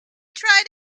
tried